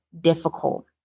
difficult